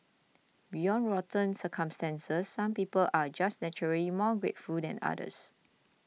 beyond rotten circumstances some people are just naturally more grateful than others